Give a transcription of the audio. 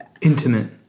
intimate